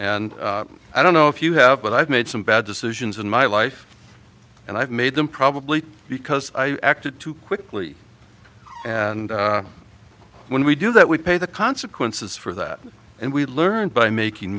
and i don't know if you have but i've made some bad decisions in my life and i've made them probably because i acted too quickly and when we do that we pay the consequences for that and we learn by making